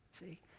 See